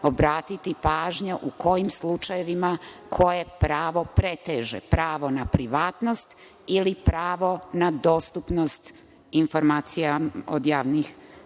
obratiti pažnja u kojim slučajevima koje pravo preteže, pravo na privatnost ili pravo na dostupnost informacijama od javnog